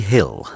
Hill